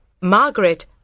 Margaret